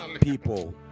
people